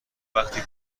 وقتی